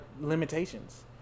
limitations